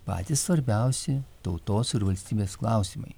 patys svarbiausi tautos ir valstybės klausimai